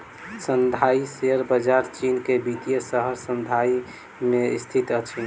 Shanghai share बजार चीन के वित्तीय शहर शंघाई में स्थित अछि